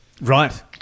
Right